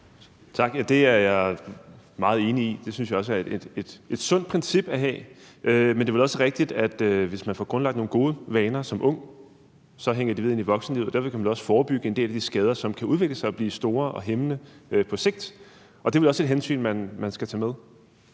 Tak. Det er jeg meget enig i, det synes jeg også er et sundt princip at have, men det er vel også rigtigt, at hvis man får grundlagt nogle gode vaner som ung, hænger de ved ind i voksenlivet, og derved ville man også kunne forebygge en del af de skader, som kan udvikle sig og blive store og hæmmende på sigt. Det er vel også et hensyn, man skal tage med?